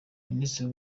minisitiri